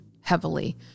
heavily